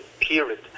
period